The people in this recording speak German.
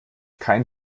kein